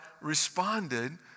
responded